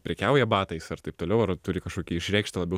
prekiauja batais ar taip toliau ar turi kažkokį išreikštą labiau